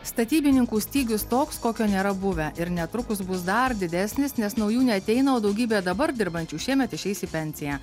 statybininkų stygius toks kokio nėra buvę ir netrukus bus dar didesnis nes naujų neateina o daugybė dabar dirbančių šiemet išeis į pensiją